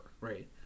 right